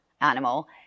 animal